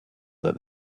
that